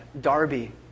Darby